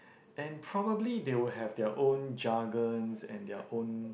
and probably they will have their own jargon and their own